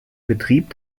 betrieb